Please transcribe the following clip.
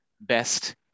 best